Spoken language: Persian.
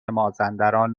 مازندران